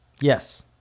Yes